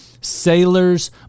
sailors